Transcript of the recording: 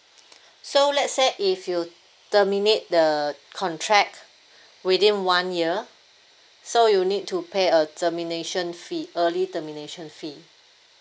so let's say if you terminate the contract within one year so you need to pay a termination fee early termination fee